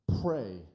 pray